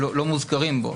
לא מוזכרים בו.